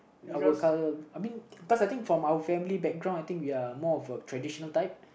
our cul~ I mean cause I think from our family background I think we are more of the traditional type